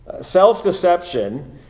Self-deception